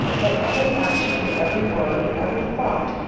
that every action, every word, every thought,